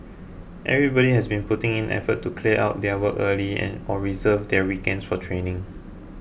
everybody has been putting in effort to clear out their work early and or reserve their weekends for training